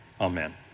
amen